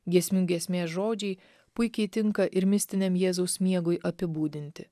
giesmių giesmės žodžiai puikiai tinka ir mistiniam jėzaus miegui apibūdinti